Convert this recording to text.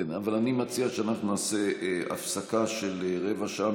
אבל אני מציע שנעשה הפסקה של רבע שעה,